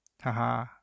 haha